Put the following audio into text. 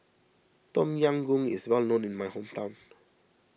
Tom Yam Goong is well known in my hometown